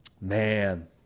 man